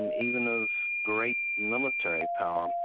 and even of great military power. um